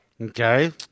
Okay